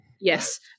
Yes